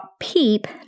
PEEP